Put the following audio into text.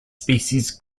species